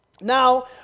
now